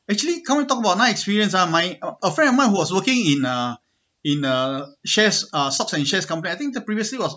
actually come talk about nice experience ah my a a friend of mine who was working in a in a shares uh stocks and shares company I think the previously was